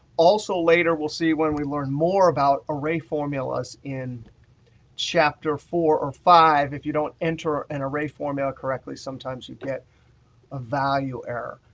also later we'll see when we learn more about array formulas in chapter four or five, if you don't enter an array formula correctly sometimes you get a value error.